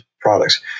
products